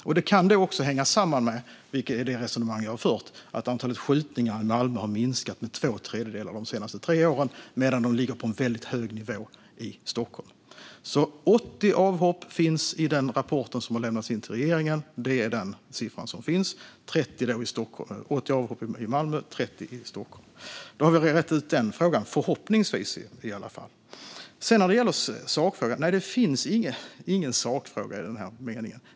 Detta kan också hänga samman med, vilket är det resonemang jag har fört, att antalet skjutningar i Malmö har minskat med två tredjedelar de senaste tre åren, medan de ligger på en väldigt hög nivå i Stockholm. Det finns alltså 80 avhopp i den rapport som har lämnats in till regeringen. Det är den siffran som finns: 80 avhopp i Malmö, 30 i Stockholm. Då har vi förhoppningsvis rett ut den frågan. När det gäller själva sakfrågan finns det inte någon sakfråga i den meningen.